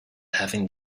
having